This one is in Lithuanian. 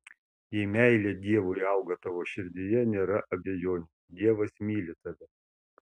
jei meilė dievui auga tavo širdyje nėra abejonių dievas myli tave